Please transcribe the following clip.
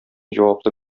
җаваплы